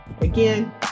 Again